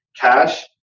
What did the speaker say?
cash